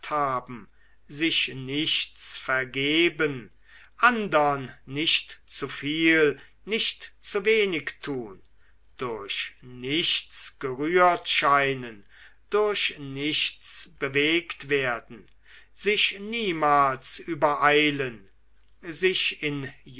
sich nichts vergeben andern nicht zu viel nicht zu wenig tun durch nichts gerührt scheinen durch nichts bewegt werden sich niemals übereilen sich in